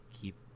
keep